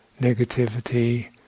negativity